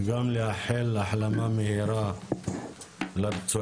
וגם לאחל החלמה מהירה לפצועים.